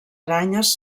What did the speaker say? aranyes